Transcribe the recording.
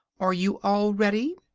are you all ready?